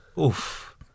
Oof